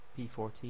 P14